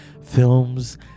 films